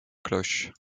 cloches